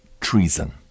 Treason